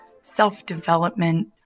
self-development